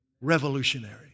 Revolutionary